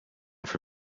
for